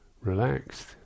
relaxed